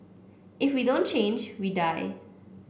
if we don't change we die